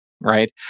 right